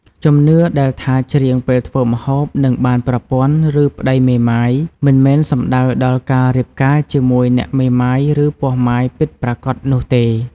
ជំនឿដែលថា ច្រៀងពេលធ្វើម្ហូប នឹងបានប្រពន្ធឫប្ដីមេម៉ាយ មិនមែនសំដៅដល់ការរៀបការជាមួយអ្នកមេម៉ាយឫពោះម៉ាយពិតប្រាកដនោះទេ។